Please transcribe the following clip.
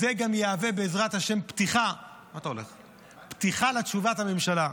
ובעזרת השם זה גם יהווה פתיחה לתשובת הממשלה: